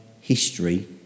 history